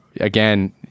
again